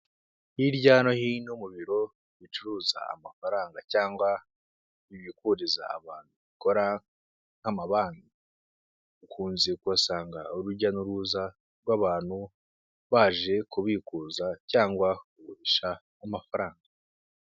Hirya no hino mu biro bicuruza amafaranga cyangwa bikuririza abantu, bikora nk'amabanki, ukunze kuhasanga urujya n'uruza rw'abantu baje kubikuza cyangwa kugurisha amafaranga.